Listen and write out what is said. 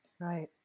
Right